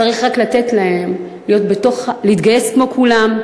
צריך רק לתת להם להתגייס כמו כולם.